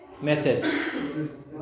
method